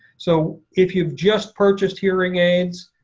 so if you've just purchased hearing aids,